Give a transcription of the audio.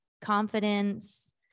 confidence